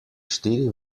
štiri